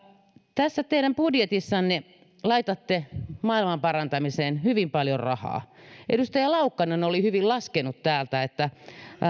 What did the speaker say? tässä teidän budjetissanne laitatte maailmanparantamiseen hyvin paljon rahaa edustaja laukkanen oli hyvin laskenut täältä että